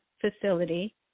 facility